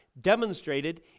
demonstrated